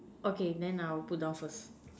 okay then I will put down first